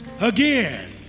again